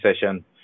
session